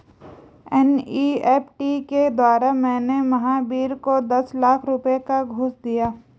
NEFT के द्वारा मैंने महावीर को दस लाख रुपए का घूंस दिया